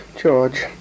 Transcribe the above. George